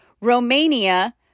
Romania